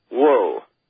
whoa